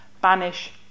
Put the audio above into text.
Banish